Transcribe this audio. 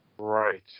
Right